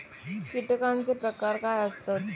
कीटकांचे प्रकार काय आसत?